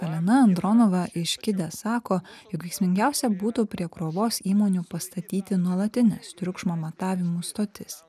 alina andronova iš kide sako jog veiksmingiausia būtų prie krovos įmonių pastatyti nuolatines triukšmo matavimų stotis